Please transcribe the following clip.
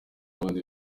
bundi